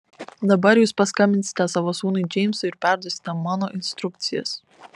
dabar jūs paskambinsite savo sūnui džeimsui ir perduosite mano instrukcijas